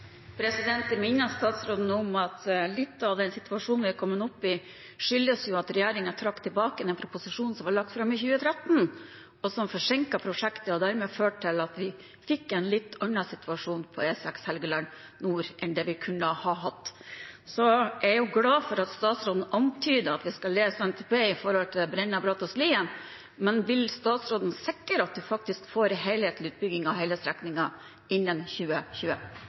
minner statsråden om at litt av den situasjonen vi har kommet opp i, skyldes jo at regjeringen trakk tilbake den proposisjonen som ble lagt fram i 2013, som forsinket prosjektet, og som dermed førte til at vi fikk en litt annen situasjon på E6 Helgeland nord enn det vi kunne ha hatt. Så er jeg glad for at statsråden antyder at vi skal lese i NTP om Brenna–Brattås–Lien, men vil statsråden sikre at vi får en helhetlig utbygging av hele strekningen innen 2020?